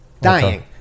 Dying